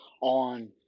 on